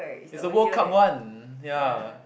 it's the World Cup one ya